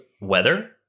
weather